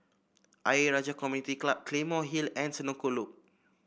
Ayer Rajah Community Club Claymore Hill and Senoko Loop